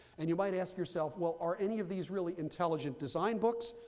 and you might ask yourself, well, are any of these really intelligent design books?